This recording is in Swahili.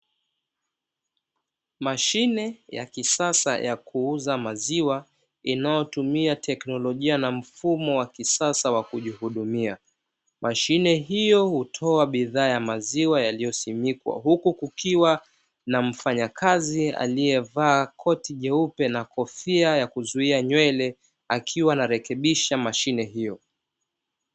Mashine ya kisasa ya kuuza maziwa inayotumia teknolojia na mfumo wa kisasa wa kujihudumia. Mashine hiyo hutoa bidhaa ya maziwa yaliyosimikwa, huku kukiwa na mfanyakazi aliyevaa koti jeupe na kofia ya kuzuia nywele, akiwa anarekebisha mashine hiyo.